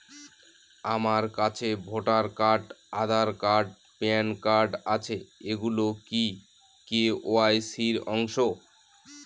আমার কাছে voter card Aadhaar card PAN card আছে এগুলো কি কে.ওয়াই.সি র অংশ?